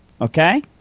Okay